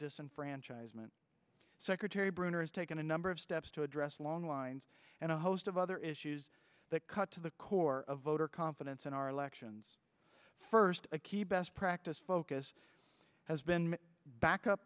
disenfranchisement secretary brunner has taken a number of steps to address long lines and a host of other issues that cut to the core of voter confidence in our elections first a key best practice focus has been back up